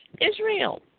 Israel